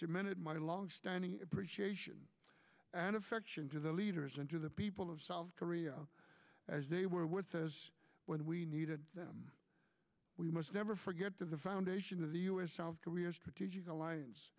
and my long standing appreciation and affection to the leaders and to the people of south korea as they were with says when we needed them we must never forget to the foundation of the u s south korea strategic alliance